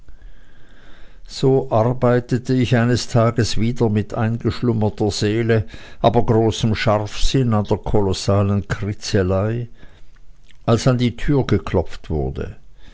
so arbeitete ich eines tages wieder mit eingeschlummerter seele aber großem scharfsinn an der kolossalen kritzelei als an die türe geklopft wurde